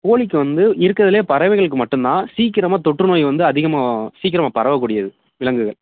கோழிக்கு வந்து இருக்கிறதுலே பறவைகளுக்கு மட்டுந்தான் சீக்கிரமாக தொற்று நோய் வந்து அதிகமாக சீக்கிரமாக பரவக்கூடியது விலங்குகள்